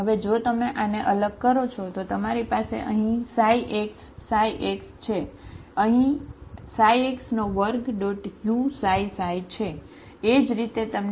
હવે જો તમે આને અલગ કરો છો તો તમારી પાસે અહીં ξx ξx છે અહીં x2uξξ છે બરાબર